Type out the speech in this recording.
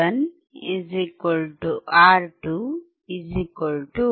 R 1 R 2 10 kilo ohm